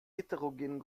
heterogenen